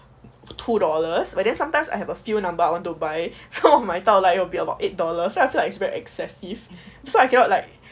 two dollars but then sometimes I have a feel number I want to buy so 我买到来 it'll be about eight dollars I feel like it's very excessive so I cannot like